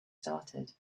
started